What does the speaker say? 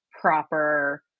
proper